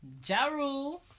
Jaru